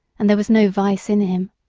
and there was no vice in him.